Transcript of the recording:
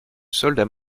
soldat